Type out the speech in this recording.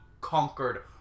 conquered